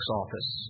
office